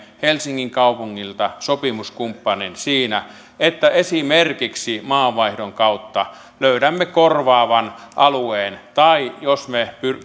helsingin kaupungilta sopimuskumppanin siinä että esimerkiksi maavaihdon kautta löydämme korvaavan alueen tai jos me